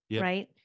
right